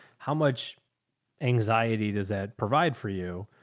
how much anxiety does that provide for you?